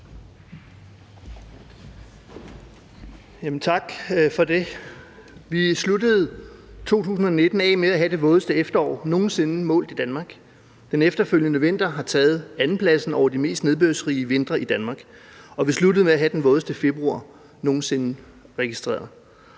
Tak for det. Vi sluttede 2019 af med at have det vådeste efterår, der nogen sinde er målt i Danmark. Den efterfølgende vinter har taget andenpladsen over de mest nedbørsrige vintre i Danmark, og vi sluttede med at have den vådeste februar, der nogen sinde er registreret